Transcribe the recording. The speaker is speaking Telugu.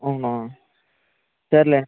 అవునా సర్లే